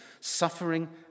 suffering